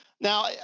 now